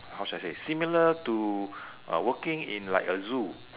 how should I say similar to uh working in like a zoo